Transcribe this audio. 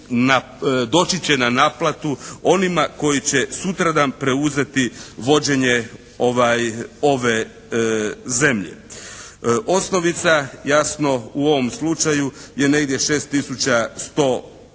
doći će na naplatu onima koji će sutradan preuzeti vođenje ove zemlje. Osnovica jasno u ovom slučaju je negdje 6100